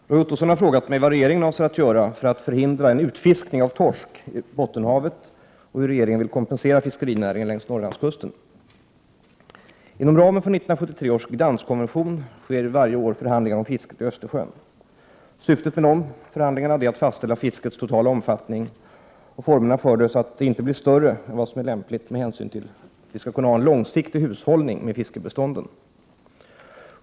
Herr talman! Roy Ottosson har frågat mig vad regeringen avser att göra för att förhindra en utfiskning av torsk i Bottenhavet och hur regeringen vill kompensera fiskerinäringen längs Norrlandskusten. Inom ramen för 1973 års Gdanskkonvention sker varje år förhandlingar om fisket i Östersjön. Syftet med förhandlingarna är att fastställa fiskets totala omfattning och formerna för det, så att det inte blir större än vad som är lämpligt med hänsyn till en långsiktig hushållning med fiskebestånden.